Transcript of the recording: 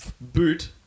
Boot